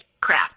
crap